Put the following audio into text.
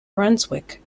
brunswick